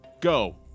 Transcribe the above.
go